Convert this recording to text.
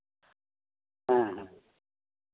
ᱦᱮᱸ ᱦᱮᱸ